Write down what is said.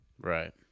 Right